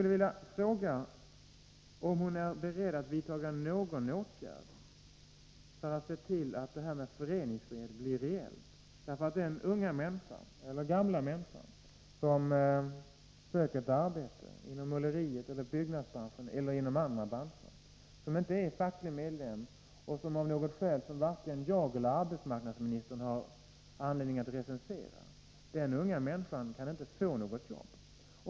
En ung människa — eller för den delen även en gammal — kan inte få ett arbete inom måleribranschen, byggbranschen eller någon annan bransch, om han eller hon inte är facklig medlem och av något skäl, som varken jag eller arbetsmarknadsministern har anledning att recensera, inte vill bli det.